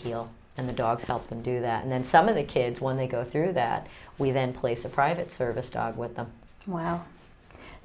heal and the dogs help them do that and then some of the kids when they go through that we then place a private service dog with them wow